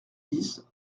dix